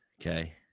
Okay